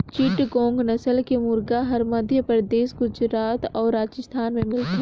चिटगोंग नसल के मुरगा हर मध्यपरदेस, गुजरात अउ राजिस्थान में मिलथे